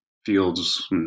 Fields